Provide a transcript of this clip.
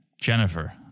Jennifer